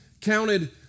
counted